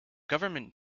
government